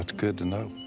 good to know!